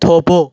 થોભો